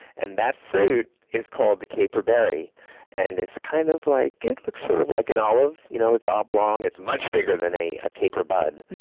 and that fruit is called the caper berry and kind of like it looks sort of like an olive you know it's oblong. it's much bigger than a caper bud,